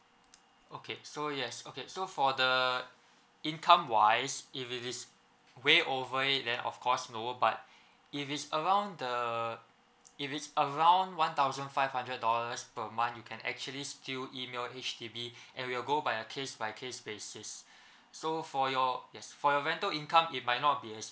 okay so yes okay so for the income wise if it is way over it and then of course no but if it is around the if it's around one thousand five hundred dollars per month you can actually still email H_D_B and we'll go by a case by case basis so for your yes for your rental income it might not be as